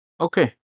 Okay